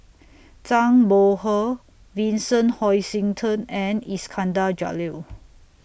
Zhang Bohe Vincent Hoisington and Iskandar Jalil